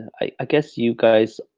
i guess you, guys,